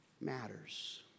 matters